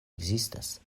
ekzistas